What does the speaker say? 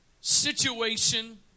situation